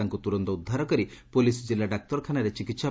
ତାଙ୍କୁ ତୁରନ୍ତ ଉଦ୍ଧାର କରି ପୋଲିସ ଜିଲା ଡାକ୍ତରଖାନାରେ ଚିକିସ୍